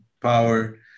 power